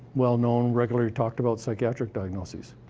well-known, regularly talked about psychiatric diagnoses.